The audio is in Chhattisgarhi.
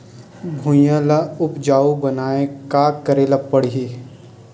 भुइयां ल उपजाऊ बनाये का करे ल पड़ही?